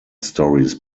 stories